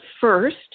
first